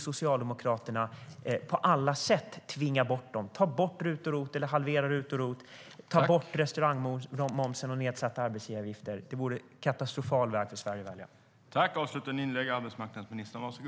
Socialdemokraterna vill på alla sätt tvinga bort dem. De vill ta bort eller halvera RUT och ROT och ta bort restaurangmomsen och nedsatta arbetsgivaravgifter. Det vore en katastrofal väg för Sverige att välja.